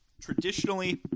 traditionally